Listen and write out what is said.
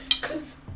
cause